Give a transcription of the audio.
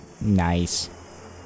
Nice